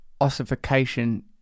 ossification